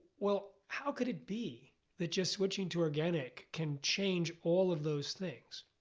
well, how could it be that just switching to organic can change all of those things?